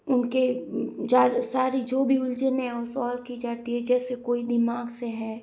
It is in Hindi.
उनके सारी जो भी उलझने हैं वो सॉल्व की जाती है जैसे कोई दिमाग से है